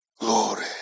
Glory